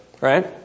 right